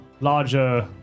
larger